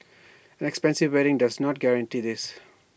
expensive wedding does not guarantee this